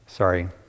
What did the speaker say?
sorry